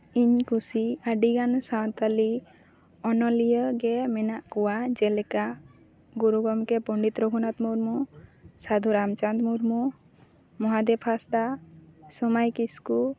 ᱤᱧ ᱠᱩᱥᱤ ᱟᱹᱰᱤᱜᱟᱱ ᱥᱟᱶᱛᱟᱞᱤ ᱚᱱᱚᱞᱤᱭᱟᱹᱜᱮ ᱢᱮᱱᱟᱜ ᱠᱚᱣᱟ ᱡᱮᱞᱮᱠᱟ ᱜᱩᱨᱩ ᱜᱚᱝᱠᱮ ᱯᱚᱱᱰᱤᱛ ᱨᱚᱜᱷᱩᱱᱟᱛᱷ ᱢᱩᱨᱢᱩ ᱥᱟᱫᱷᱩᱨᱟᱢᱪᱟᱸᱫ ᱢᱩᱨᱢᱩ ᱢᱚᱦᱟᱫᱮᱵ ᱦᱟᱸᱥᱫᱟ ᱥᱚᱢᱟᱭ ᱠᱤᱥᱠᱩ